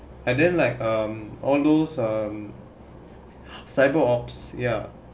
and then like um all those cyber operations ya